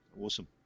awesome